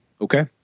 Okay